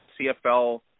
CFL